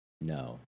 No